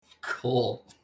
Cool